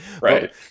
Right